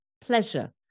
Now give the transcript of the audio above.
pleasure